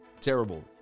Terrible